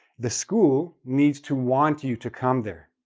the school needs to want you to come there,